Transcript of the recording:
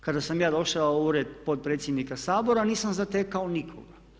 Kada sam ja došao u ured potpredsjednika Sabora nisam zatekao nikoga.